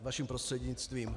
Vaším prostřednictvím.